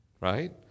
right